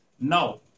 Now